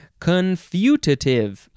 Confutative